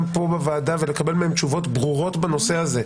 כאן בוועדה ולקבל מהם תשובות ברורות בנושא הזה.